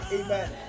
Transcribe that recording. Amen